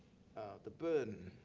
the burden,